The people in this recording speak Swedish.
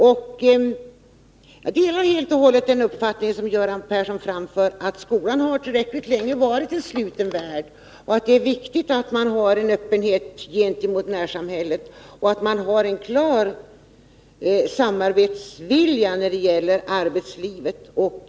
Jag delar helt och hållet den uppfattning som Göran Persson framför, att skolan tillräckligt länge har varit en sluten värld och att det är viktigt med öppenhet gentemot närsamhället och en klar samarbetsvilja när det gäller arbetslivet.